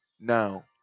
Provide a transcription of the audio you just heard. Now